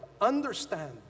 understand